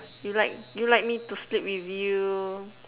you like you like me to sleep with you